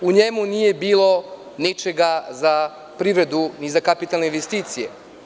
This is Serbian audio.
U njemu nije bilo ničega za privredu i za kapitalne investicije.